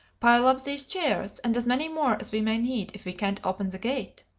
pile up these chairs, and as many more as we may need, if we can't open the gate.